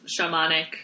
shamanic